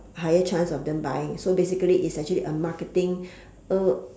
higher chance of them buying so basically is actually a marketing uh